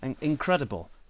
incredible